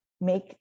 make